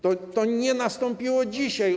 To nie nastąpiło dzisiaj.